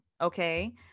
okay